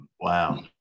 wow